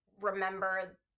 remember